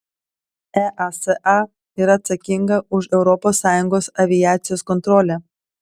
easa yra atsakinga už europos sąjungos aviacijos kontrolę